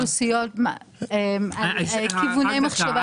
על אוכלוסיות, על כיווני מחשבה.